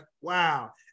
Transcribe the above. wow